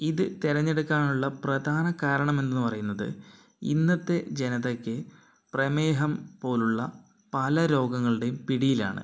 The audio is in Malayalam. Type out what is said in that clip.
ഇത് തെരഞ്ഞെടുക്കാനുള്ള പ്രധാന കാരണം എന്ന് പറയുന്നത് ഇന്നത്തെ ജനതയ്ക്ക് പ്രമേഹം പോലുള്ള പല രോഗങ്ങളുടെയും പിടിയിലാണ്